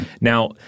Now